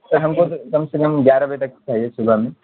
سر ہم کو کم سے کم گیارہ بجے تک چاہیے صبح میں